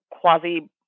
quasi